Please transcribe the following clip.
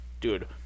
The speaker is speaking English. dude